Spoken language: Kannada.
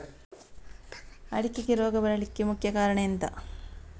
ಅಡಿಕೆಗೆ ರೋಗ ಬರ್ಲಿಕ್ಕೆ ಮುಖ್ಯ ಕಾರಣ ಎಂಥ?